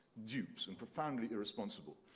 dupes, and profoundly irresponsible.